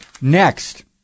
next